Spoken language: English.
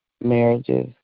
marriages